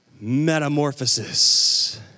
Metamorphosis